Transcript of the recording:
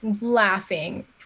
laughing